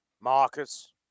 Marcus